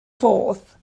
fourth